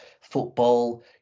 Football